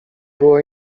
było